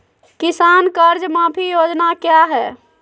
किसान कर्ज माफी योजना क्या है?